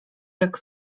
jak